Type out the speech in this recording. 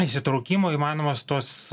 įsitraukimu įmanomos tos